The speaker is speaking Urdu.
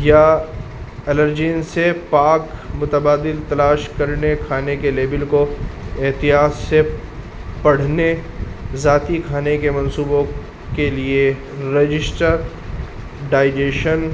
یا الرجین سے پاک متبادل تلاش کرنے کھانے کے لیبل کو احتیاط سے پڑھنے ذاتی کھانے کے منصوبوں کے لیے رجسٹرڈ ڈائجیشن